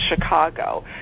Chicago